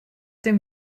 dem